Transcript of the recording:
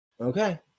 Okay